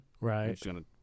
Right